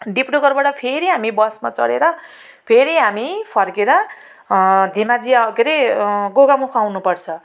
डिब्रुगढबाट फेरि हामी बसमा चढेर फेरि हामी फर्केर धेमाजी आऊँ के अरे गोगामुख आउनु पर्छ